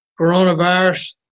coronavirus